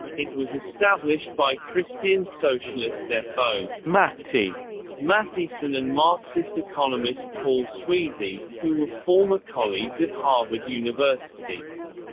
it was established by christian socialist f. o. matty matthiessen and marxist economist paul sweezy, who were former colleagues at harvard university.